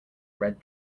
red